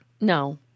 No